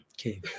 Okay